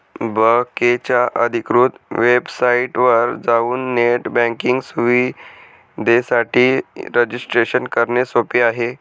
बकेच्या अधिकृत वेबसाइटवर जाऊन नेट बँकिंग सुविधेसाठी रजिस्ट्रेशन करणे सोपे आहे